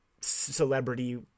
celebrity